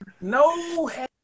no